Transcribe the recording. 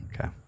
Okay